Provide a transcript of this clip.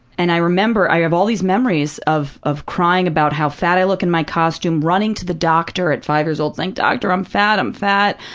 and i remember, i have all these memories, of of crying about how fat i look in my costume, running to the doctor at five years old, saying, doctor, i'm fat i'm fat!